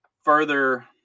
further